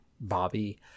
Bobby